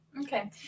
Okay